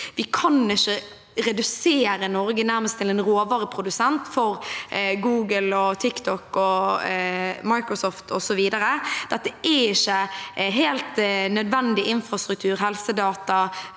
Vi kan ikke redusere Norge til nærmest en råvareprodusent for Google, TikTok, Microsoft, osv. Dette er ikke helt nødvendig infrastruktur, helsedata,